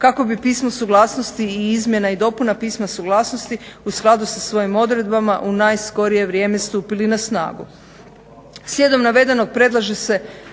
kako bi Pismo suglasnosti i izmjena i dopuna Pisma suglasnosti u skladu sa svojim odredbama u najskorije vrijeme stupili na snagu.